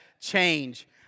change